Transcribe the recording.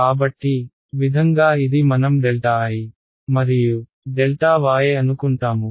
కాబట్టివిధంగా ఇది మనం I మరియు y అనుకుంటాము